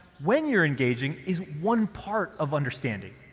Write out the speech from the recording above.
when you're engaging is one part of understanding.